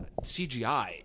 CGI